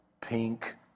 pink